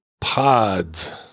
pods